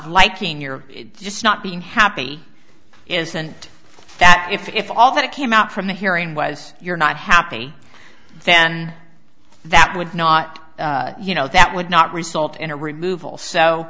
liking your just not being happy isn't that if if all that came out from the hearing was you're not happy then that would not you know that would not result in a removal so